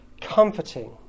comforting